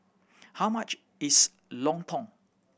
how much is lontong